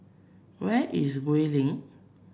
where is Gul Link